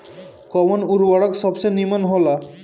कवन उर्वरक सबसे नीमन होला?